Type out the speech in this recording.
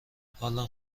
حالم